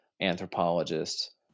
anthropologists